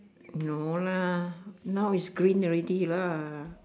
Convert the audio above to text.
no lah now is green already lah